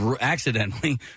accidentally